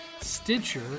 Stitcher